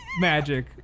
Magic